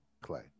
Clay